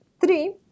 three